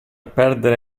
perdere